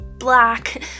black